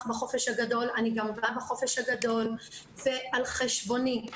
בחופש הגדול אני גם באה בחופש הגדול ועל חשבוני,